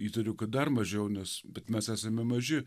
įtariu kad dar mažiau nes bet mes esame maži